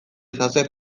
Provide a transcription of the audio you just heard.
ezazue